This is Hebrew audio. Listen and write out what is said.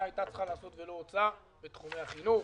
הייתה צריכה לעשות ולא רוצה בתחומי החינוך,